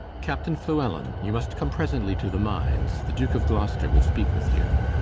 captaine fluellen, you must come presently to the mynes the duke of gloucester would speake with you